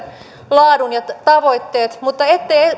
laadun ja tavoitteet mutta ette